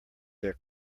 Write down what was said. their